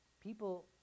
people